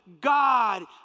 God